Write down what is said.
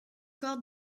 corps